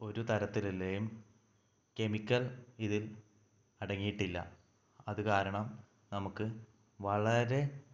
ഒരു തരത്തിലും കെമിക്കൽ ഇതിൽ അടങ്ങിയിട്ടില്ല അത് കാരണം നമുക്ക് വളരെ